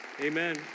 amen